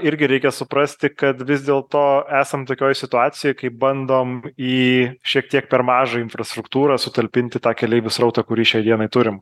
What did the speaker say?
irgi reikia suprasti kad vis dėl to esam tokioj situacijoj kai bandom į šiek tiek per mažą infrastruktūrą sutalpinti tą keleivių srautą kurį šiai dienai turim